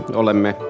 olemme